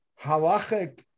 halachic